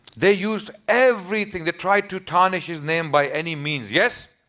they used everything. they tried to tarnish his name by any means. yes?